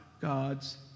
God's